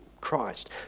Christ